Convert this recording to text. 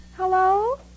Hello